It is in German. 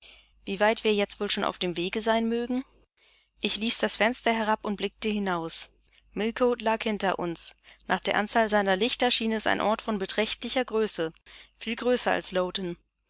wie weit wir jetzt wohl schon auf dem wege sein mögen ich ließ das fenster herab und blickte hinaus millcote lag hinter uns nach der anzahl seiner lichter schien es ein ort von beträchtlicher größe viel größer als lowton